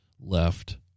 left